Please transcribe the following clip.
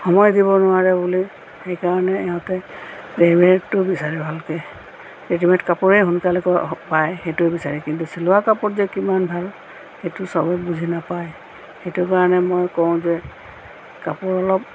সময় দিব নোৱাৰে বুলি সেইকাৰণে সিহঁতে ৰেডিমে'ডটো বিচাৰে ভালকৈ ৰেডিমে'ড কাপোৰে সোনকালে অ পায় সেইটোৱে বিচাৰে কিন্তু চিলোৱা কাপোৰ যে কিমান ভাল সেইটো চবে বুজি নাপায় সেইটো কাৰণে মই কওঁ যে কাপোৰ অলপ